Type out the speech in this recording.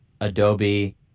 Adobe